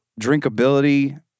drinkability